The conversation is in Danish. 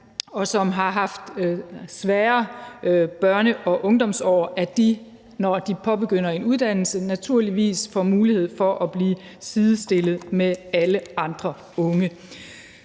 og som har haft nogle svære børne- og ungdomsår, at de, når de påbegynder en uddannelse, naturligvis får mulighed for at blive sidestillet med alle andre unge.